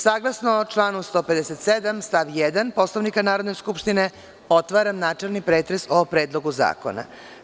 Saglasno članu 157. stav 1. Poslovnika Narodne skupštine, otvaram načelni pretres o Predlogu zakona.